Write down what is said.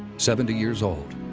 seventy years old,